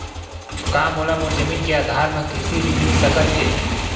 का मोला मोर जमीन के आधार म कृषि ऋण मिल सकत हे?